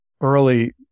early